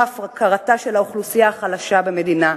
את הפקרתה של האוכלוסייה החלשה במדינה,